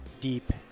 deep